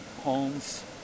homes